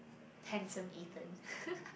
handsome Ethan